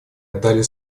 отдали